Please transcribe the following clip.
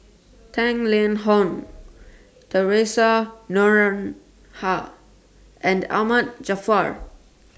Tang Liang Hong Theresa Noronha and Ahmad Jaafar